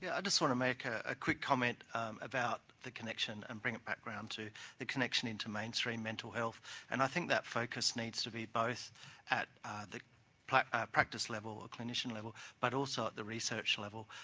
yeah to sort of make ah a quick comment about the connection and bring a background to the connection into mainstream mental health and i think that focus needs to be both at the practice level or clinician level but also at the research level.